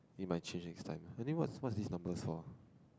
you might change in stand any what's what's these numbers for